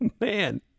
man